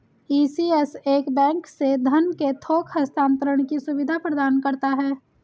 ECS एक bank से धन के थोक हस्तांतरण की सुविधा प्रदान करता है